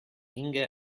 inge